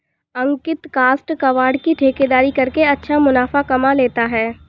अंकित काष्ठ कबाड़ की ठेकेदारी करके अच्छा मुनाफा कमा लेता है